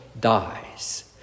dies